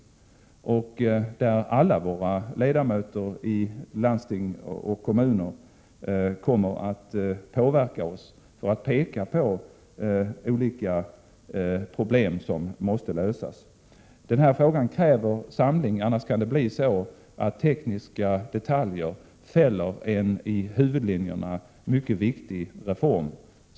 Ledamöter i landsting och kommuner kommer att påverka oss och peka på olika problem som måste lösas. Den här frågan kräver samling. Annars kan tekniska detaljer fälla en i huvudlinjerna mycket viktig reform.